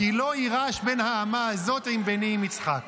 "כי לא ירש בן האמה הזאת עם בני עם יצחק".